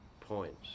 points